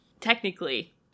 technically